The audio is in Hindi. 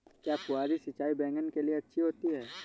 क्या फुहारी सिंचाई बैगन के लिए अच्छी होती है?